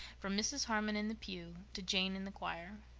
from mrs. harmon in the pew to jane in the choir.